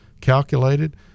calculated